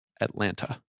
Atlanta